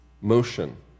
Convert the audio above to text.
motion